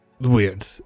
weird